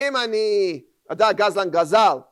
אם אני... אתה גזלן גזל